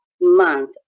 month